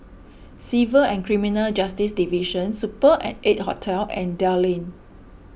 Civil and Criminal Justice Division Super at eight Hotel and Dell Lane